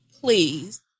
Please